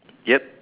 yup